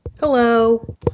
Hello